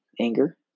anger